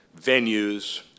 venues